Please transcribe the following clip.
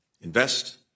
invest